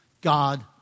God